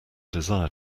desire